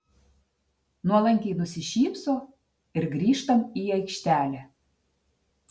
nuolankiai nusišypso ir grįžtam į aikštelę